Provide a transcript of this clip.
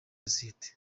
sosiyete